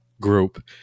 group